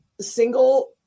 single